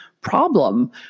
problem